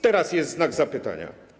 Teraz jest znak zapytania.